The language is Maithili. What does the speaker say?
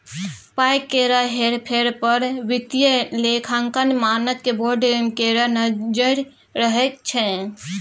पाय केर हेर फेर पर वित्तीय लेखांकन मानक बोर्ड केर नजैर रहैत छै